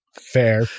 Fair